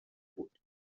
بود